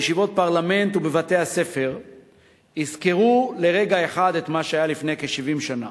בישיבות פרלמנט ובבתי-הספר יזכרו לרגע אחד את מה שהיה לפני כ-70 שנה.